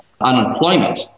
Unemployment